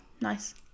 nice